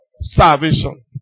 salvation